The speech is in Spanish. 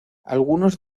algunos